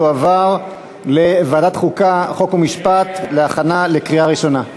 תחולה על מוסדות להשכלה גבוהה),